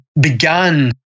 began